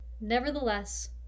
nevertheless